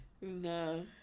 No